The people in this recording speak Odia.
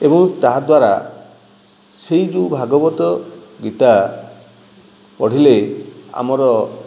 ଏବଂ ତାହାଦ୍ୱାରା ସେହି ଯେଉଁ ଭାଗବତ ଗୀତା ପଢ଼ିଲେ ଆମର